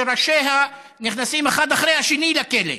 שראשיה נכנסים אחד אחרי השני לכלא.